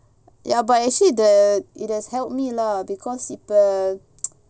ya but actually the it has helped me lah because இப்ப:ipa